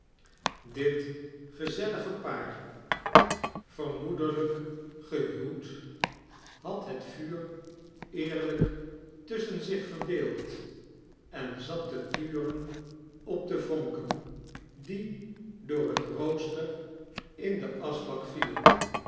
dit gezellige paar vermoedelijk gehuwd had het vuur eerlijk tussohen zich verdeeld en zat te turen op de vonkem die door het rooster in den aschbak vielen